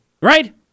right